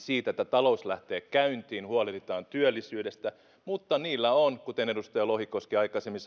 siitä että talous lähtee käyntiin huolehditaan työllisyydestä mutta niillä on kuten edustaja lohikoski aikaisemmin